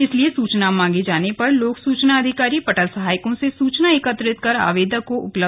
इसलिए सूचना मांगे जाने पर लोक सूचना अधिकारी पटल सहायकों से सूचना एकत्रित कर आवेदक को उपलब्ध कराता है